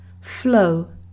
flow